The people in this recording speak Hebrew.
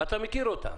אתה מכיר אותם.